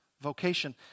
vocation